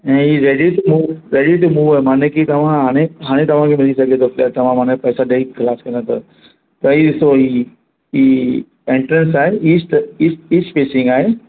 ऐं ही ready to move ready to move आहे माने कि तव्हां हाणे हाणे तव्हांखे मिली सघे थो त तव्हां माने पैसा ॾई खलासु कंदा त ॿई ॾिसो इहा इहा इहा एंट्रेंस आहे ईस्ट ईस्ट ईस्ट फेसिंग आहे